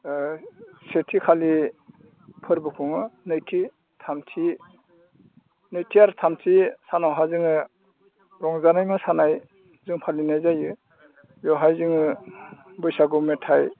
सेथिखालि फोरबो खुङो नैथि आरो थामथि सानावहाय जोङो रंजानाय मोसानाय जों फालिनाय जायो बेवहाय जोङो बैसागु मेथाइ